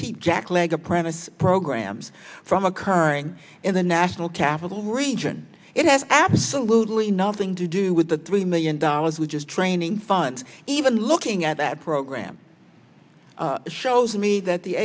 key jackleg apprentice programs from occurring in the national capital region it has absolutely nothing to do with the three million dollars which is training funds even looking at that program shows me that the